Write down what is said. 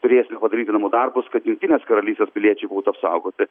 turėsime padaryti namų darbus kad jungtinės karalystės piliečiai būtų apsaugoti